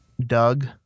Doug